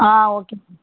ah okay ma'am